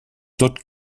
tot